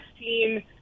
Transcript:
seen